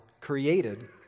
created